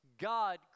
God